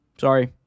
Sorry